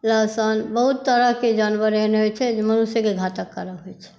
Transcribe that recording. लहसन बहुत तरहके जानवर एहन होइ छै जे मनुष्यके घातक कारक होइ छै